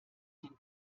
den